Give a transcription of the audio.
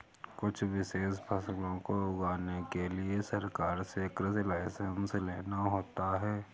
कुछ विशेष फसलों को उगाने के लिए सरकार से कृषि लाइसेंस लेना होता है